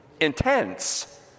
intense